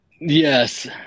Yes